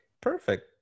Perfect